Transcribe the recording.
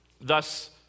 Thus